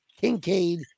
Kincaid